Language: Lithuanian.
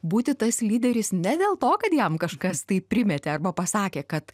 būti tas lyderis ne dėl to kad jam kažkas tai primetė arba pasakė kad